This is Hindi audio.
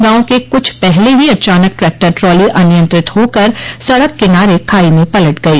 गांव के कुछ पहले ही अचानक ट्रैक्टर ट्राली अनियंत्रित होकर सड़क किनारे खाई में पलट गई